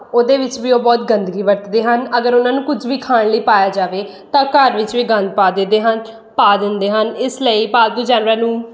ਉਹਦੇ ਵਿੱਚ ਵੀ ਉਹ ਬਹੁਤ ਗੰਦਗੀ ਵਰਤਦੇ ਹਨ ਅਗਰ ਉਹਨਾਂ ਨੂੰ ਕੁਝ ਵੀ ਖਾਣ ਲਈ ਪਾਇਆ ਜਾਵੇ ਤਾਂ ਘਰ ਵਿੱਚ ਵੀ ਗੰਦ ਪਾ ਦਿੰਦੇ ਹਨ ਪਾ ਦਿੰਦੇ ਹਨ ਇਸ ਲਈ ਪਾਲਤੂ ਜਾਨਵਰਾਂ ਨੂੰ